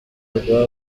rwa